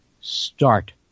start